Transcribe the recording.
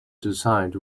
decide